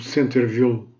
Centerville